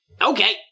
Okay